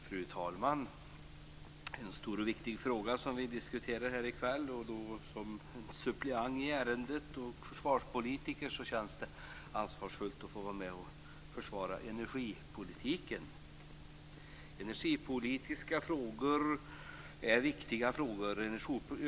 Fru talman! Det är en stor och viktig fråga vi diskuterar här i kväll. Som suppleant i ärendet och försvarspolitiker tycker jag att det känns ansvarsfullt att få vara med och försvara energipolitiken. Energipolitiska frågor är viktiga frågor.